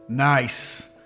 Nice